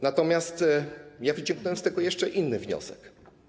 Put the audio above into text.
Natomiast ja wyciągnąłem z tego jeszcze inny wniosek.